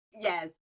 Yes